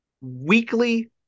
Weekly